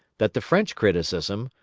that the french criticism,